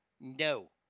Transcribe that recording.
No